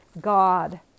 God